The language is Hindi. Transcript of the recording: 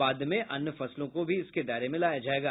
बाद में अन्य फसलों को भी इसके दायरे में लाया जायेगा